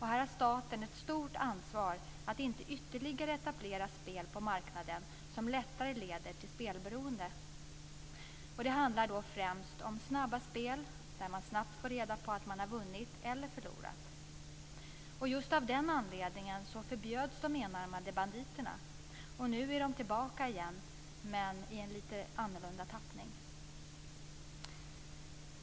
Här har staten ett stort ansvar att inte etablera ytterligare spel på marknaden som lättare leder till spelberoende. Det handlar då främst om snabba spel där man snabbt får reda på om man har vunnit eller förlorat. Just av den anledningen förbjöds de enarmade banditerna, och nu är de tillbaka igen, men i en lite annorlunda tappning.